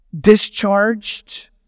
discharged